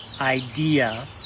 idea